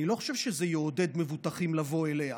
אני לא חושב שזה יעודד מבוטחים לבוא אליה,